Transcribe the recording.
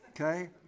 Okay